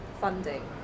funding